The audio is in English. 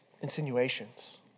insinuations